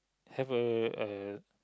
have a a